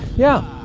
yeah,